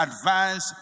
advance